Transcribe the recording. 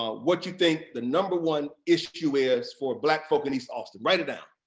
what you think the number one issue is for black folk in east austin, write it down.